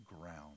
ground